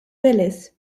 willis